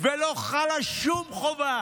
ולא חלה שום חובה.